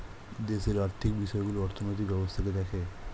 দেশের আর্থিক বিষয়গুলো অর্থনৈতিক ব্যবস্থাকে দেখে